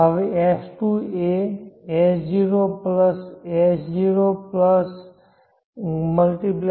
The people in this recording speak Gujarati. હવે S2 એ S0 S0×